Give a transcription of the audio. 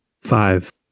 Five